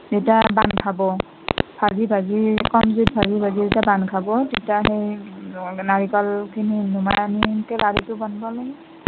যেতিয়া বান্ধ খাব ভাজি ভাজি কম জুইত ভাজি ভাজি যেতিয়া বান্ধ খাব তেতিয়া সেই নাৰিকলখিনি নমাই আনি সেনেকৈ লাৰুটো বনাবা লাগে